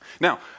Now